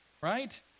right